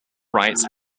rights